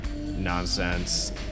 nonsense